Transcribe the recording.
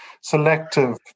selective